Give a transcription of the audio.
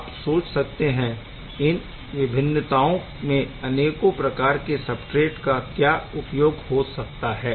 आप सोच सकते है इन विभिन्नताओं में अनेकों प्रकार के सबस्ट्रेट का क्या उपयोग हो सकता है